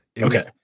Okay